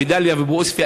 בדאליה ובעוספיא,